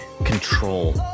control